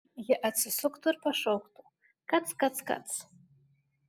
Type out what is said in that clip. ji atsisuktų ir pašauktų kac kac kac